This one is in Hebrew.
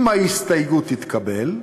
אם ההסתייגות תתקבל,